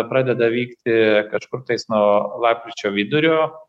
pradeda vykti kažkur tais nuo lapkričio vidurio